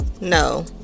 No